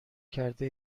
کرده